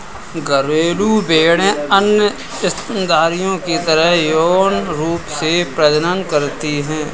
घरेलू भेड़ें अन्य स्तनधारियों की तरह यौन रूप से प्रजनन करती हैं